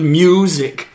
music